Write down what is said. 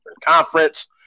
Conference